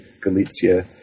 Galicia